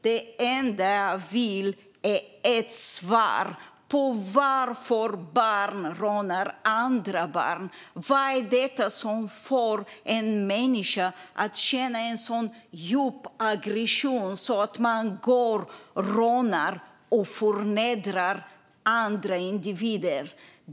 Det enda jag vill ha är ett svar på varför barn rånar andra barn. Vad är det som får en människa att känna en så djup aggression att man går ut och rånar och förnedrar andra individer?